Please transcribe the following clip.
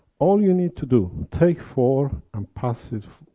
all you need to do take four, and pass it,